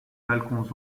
balcons